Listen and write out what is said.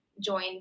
join